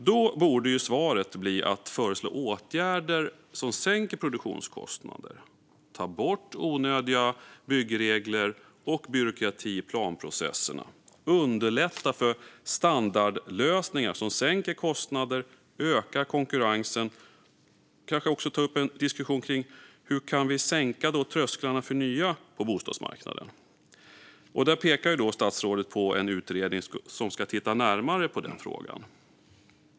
Då borde ju svaret bli att föreslå åtgärder som sänker produktionskostnader, ta bort onödiga byggregler och byråkrati i planprocesserna och underlätta för standardlösningar som sänker kostnader och ökar konkurrensen. Kanske borde man också ta upp en diskussion kring hur vi kan sänka trösklarna för nya på bostadsmarknaden. Statsrådet pekar på en utredning som ska titta närmare på den frågan.